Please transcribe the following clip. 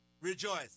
rejoice